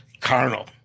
carnal